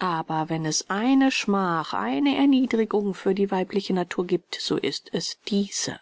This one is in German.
aber wenn es eine schmach eine erniedrigung für die weibliche natur gibt so ist es diese